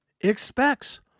expects